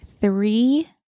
three